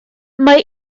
mae